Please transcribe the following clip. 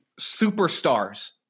superstars